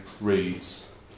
reads